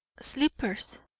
slippers,